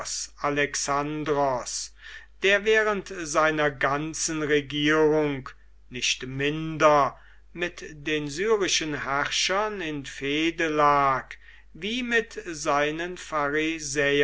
alexandros der während seiner ganzen regierung nicht minder mit den syrischen herrschern in fehde lag wie mit seinen